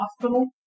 hospital